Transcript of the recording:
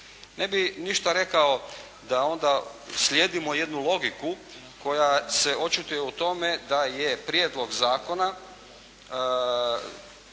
Ne bih ništa rekao da onda slijedimo jednu logiku koja se očituje u tome da je prijedlog zakona